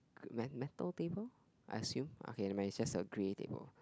me~ metal table I assume okay never mind it's just a grey table